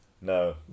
No